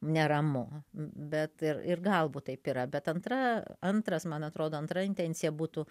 neramu bet ir ir galbūt taip yra bet antra antras man atrodo antra intencija būtų